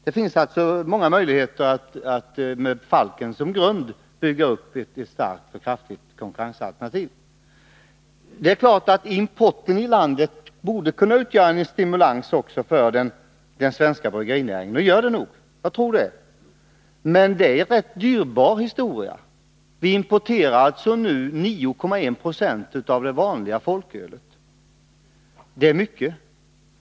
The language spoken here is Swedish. Det finns alltså goda möjligheter att med Falken som grund bygga upp ett starkt och kraftigt konkurrensalternativ. Det är klart att importen också borde kunna utgöra en stimulans för den svenska bryggerinäringen — och är det nog också. Men det är en rätt dyrbar historia. Vi importerar nu 9,1 20 av det vanliga folkölet. Det är mycket.